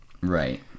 Right